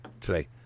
today